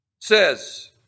says